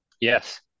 Yes